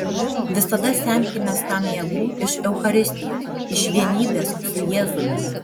visada semkimės tam jėgų iš eucharistijos iš vienybės su jėzumi